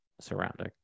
surrounding